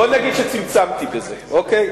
בוא נגיד שצמצמתי בזה, אוקיי?